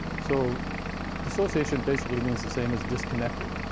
so dissociation basically means the same as disconnected.